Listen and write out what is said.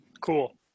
Cool